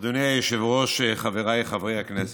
אדוני היושב-ראש, חבריי חברי הכנסת,